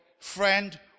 friend